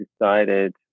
decided